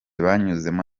banyuzemo